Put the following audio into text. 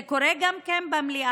זה קורה גם במליאה.